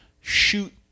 Shoot